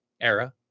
era